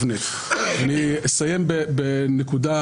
בבקשה.